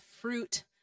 fruit